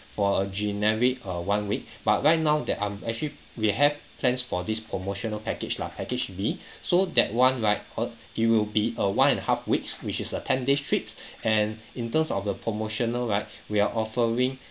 for a generic err one week but right now that I'm actually we have plans for this promotional package lah package B so that one right or it will be a one and a half weeks which is a ten days trips and in terms of a promotional right we are offering